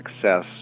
success